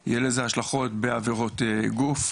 יהיה לזה השלכות בעבירות גוף,